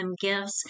gifts